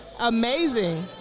Amazing